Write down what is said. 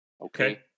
Okay